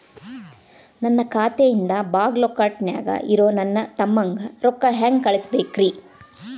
ನನ್ನ ಖಾತೆಯಿಂದ ಬಾಗಲ್ಕೋಟ್ ನ್ಯಾಗ್ ಇರೋ ನನ್ನ ತಮ್ಮಗ ರೊಕ್ಕ ಹೆಂಗ್ ಕಳಸಬೇಕ್ರಿ?